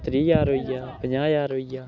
त्रीऽ ज्हार होइया पंजाह् ज्हार होइया